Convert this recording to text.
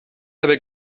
habe